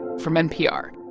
from npr.